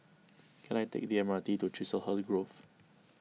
can I take the M R T to Chiselhurst Grove